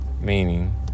Meaning